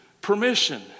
permission